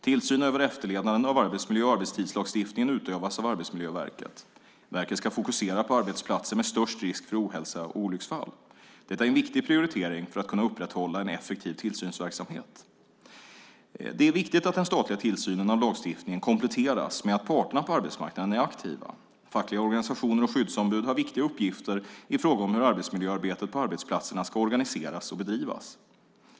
Tillsyn över efterlevnaden av arbetsmiljö och arbetstidslagstiftningen utövas av Arbetsmiljöverket. Verket ska fokusera på arbetsplatser med störst risk för ohälsa och olycksfall. Detta är en viktig prioritering för att kunna upprätthålla en effektiv tillsynsverksamhet. Det är viktigt att den statliga tillsynen av lagstiftningen kompletteras med att parterna på arbetsmarknaden är aktiva. Fackliga organisationer och skyddsombud har viktiga uppgifter i fråga om hur arbetsmiljöarbetet på arbetsplatserna ska organiseras och bedrivas.